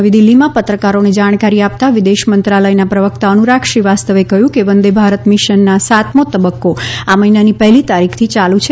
નવી દિલ્હીમાં પત્રકારોને જાણકારી આપતા વિદેશ મંત્રાલયના પ્રવક્તા અનુરાગ શ્રીવાસ્તવે કહ્યું કે વંદે ભારત મિશનના સાતમો તબક્કો આ મહિનાની પહેલી તારીખથી ચાલુ છે